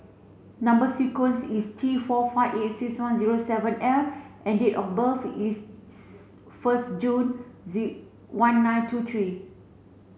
number sequence is T four five eight six one zero seven L and date of birth is first June one nine two three